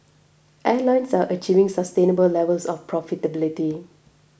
airlines are achieving sustainable levels of profitability